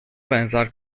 benzer